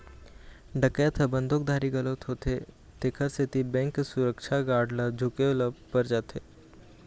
डकैत ह बंदूकधारी घलोक होथे तेखर सेती बेंक के सुरक्छा गार्ड ल झूके ल पर जाथे